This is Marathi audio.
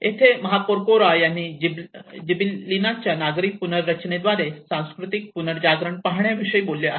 येथे महापौर कोरा यांनी जिबिलिनाच्या नागरी पुनर्रचनाद्वारे सांस्कृतिक पुनर्जागरण पाहण्याविषयी बोलले आहे